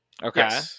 Okay